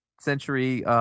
Century